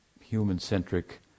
human-centric